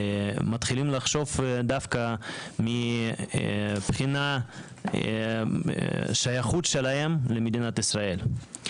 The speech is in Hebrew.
ומתחילים לחשוב דווקא מבחינת השייכות שלהם למדינת ישראל.